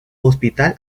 hospital